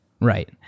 Right